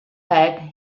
packed